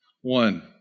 One